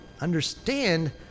understand